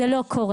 זה לא קורה,